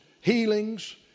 healings